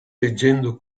leggendo